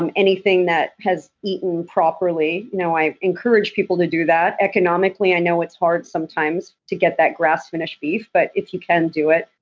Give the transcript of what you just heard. um anything that has eaten properly. now i encourage people to do that. economically i know it's hard sometimes to get that grass finished beef, but if you can do it,